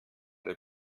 der